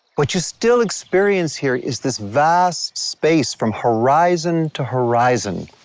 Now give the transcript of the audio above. what you still experience here is this vast space from horizon to horizon.